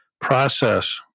Process